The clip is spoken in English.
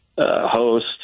Host